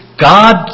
God